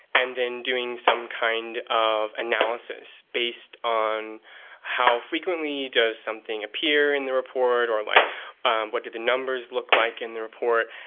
and then doing some kind of analysis based on how frequently does something appear in the report, or like what do the numbers look like in the report.